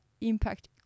impact